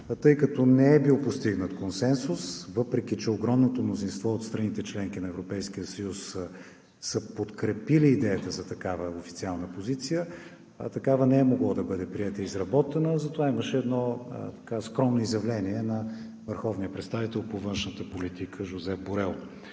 Тъй като не е постигнат консенсус, въпреки че огромното мнозинство от страните – членки на Европейския съюз, са подкрепили идеята за такава официална позиция, такава не е могла да бъде приета и изработена, и затова имаше скромно изявление на върховния представител по външната политика – Жозе Борел.